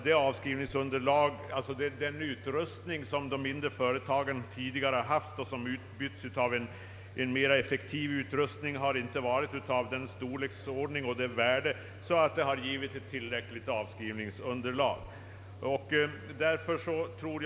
Den utrustning som de mindre företagen tidigare haft och som utbytts mot en mera effektiv sådan har inte varit av den storleksordning, att företagen fått ett tillräckligt stort underlag för avskrivningar som medgivit uppbyggandet av reserver för att möta det större investeringsbehovet.